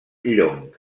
llong